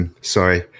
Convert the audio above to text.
sorry